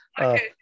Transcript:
Okay